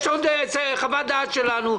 יש עוד חוות דעת שלנו",